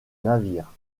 navire